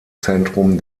zentrum